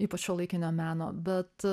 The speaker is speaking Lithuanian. ypač šiuolaikinio meno bet